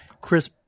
Chris